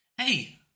Hey